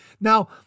Now